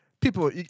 people